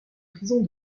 prisons